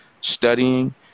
studying